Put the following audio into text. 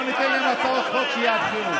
בוא ניתן להם הצעות חוק שיאתגרו.